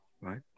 Right